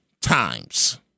times